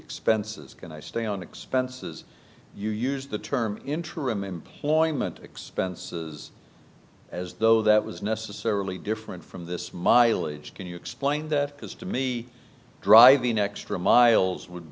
expenses can i stay on expenses you use the term interim employment expenses as though that was necessarily different from this mileage can you explain that because to me driving extra miles would